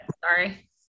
Sorry